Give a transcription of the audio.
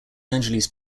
angeles